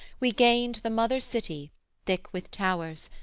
we gained the mother city thick with towers,